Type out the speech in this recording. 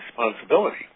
responsibility